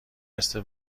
مثل